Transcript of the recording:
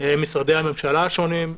משרדי הממשלה השונים,